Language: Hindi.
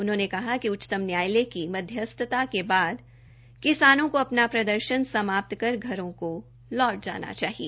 उन्होंने कहा कि सर्वोच्च न्यायालय की मध्यस्थता के बाद किसानों को अपना प्रदर्शन समाप्त कर घरों को लौट जाना चाहिए